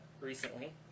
recently